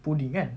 pudding kan